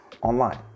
online